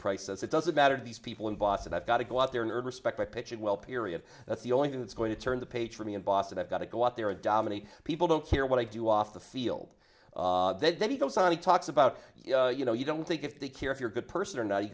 price as it doesn't matter to these people in boston i've got to go out there nerd respect my pitching well period that's the only thing that's going to turn the page for me in boston i've got to go up there and dominate people don't care what i do off the field then he goes on he talks about you know you don't think if they care if you're good person or not he